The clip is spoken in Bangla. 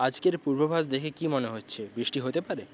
আজকের পূর্বাভাস দেখে কী মনে হচ্ছে বৃষ্টি হতে পারে